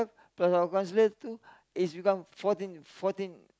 plus our counsellor too is become fourteen fourteen